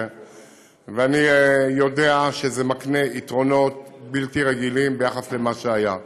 ואני יודע שזה מקנה יתרונות בלתי רגילים ביחס למה שהיה.